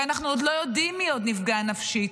ואנחנו עוד לא יודעים מי עוד נפגע נפשית,